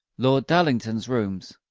lord darlington's rooms.